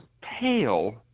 pale